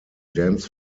dance